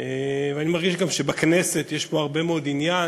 ואני גם מרגיש שפה בכנסת יש הרבה מאוד עניין,